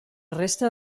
resta